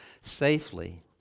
safely